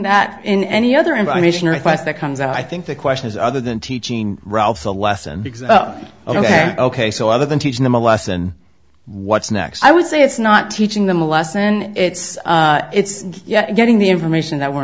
that in any other information request that comes out i think the question is other than teaching ralph's a lesson ok ok so other than teaching them a lesson what's next i would say it's not teaching them a lesson it's it's getting the information that we're